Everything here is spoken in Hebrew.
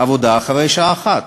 אחרי השעה 13:00?